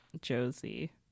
Josie